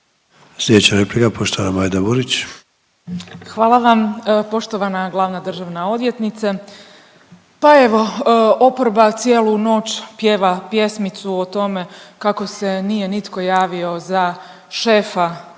Sljedeća replika poštovana Majda Burić. **Burić, Majda (HDZ)** Hvala vam. Poštovana glavna državna odvjetnice pa evo oporba cijelu noć pjeva pjesmicu o tome kako se nije nitko javio za šefa